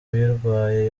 uyirwaye